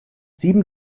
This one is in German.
sieben